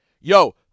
Yo